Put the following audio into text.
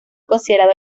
considerado